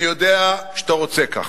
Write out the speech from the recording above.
אני יודע שאתה רוצה כך.